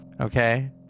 Okay